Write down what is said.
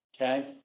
Okay